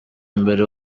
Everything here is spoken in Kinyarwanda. mbere